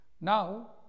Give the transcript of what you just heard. Now